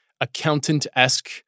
accountant-esque